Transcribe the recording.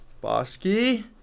Bosky